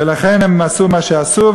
ולכן הם עשו מה שעשו,